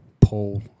Paul